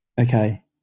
okay